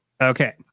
Okay